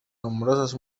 nombroses